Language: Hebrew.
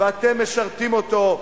ואתם משרתים אותו.